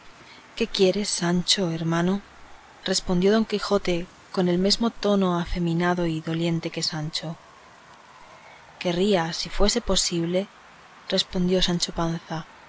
qué quieres sancho hermano respondió don quijote con el mesmo tono afeminado y doliente que sancho querría si fuese posible respondió sancho panza